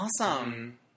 awesome